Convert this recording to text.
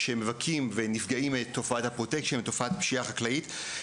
שנפגעים מתופעת ה- Protection ומתופעת הפשיעה החקלאית.